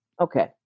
okay